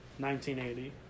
1980